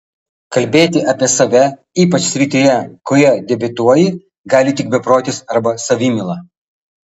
kalbėti apie save ypač srityje kurioje debiutuoji gali tik beprotis arba savimyla